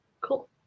Cool